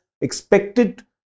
expected